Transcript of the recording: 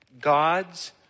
God's